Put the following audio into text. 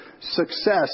success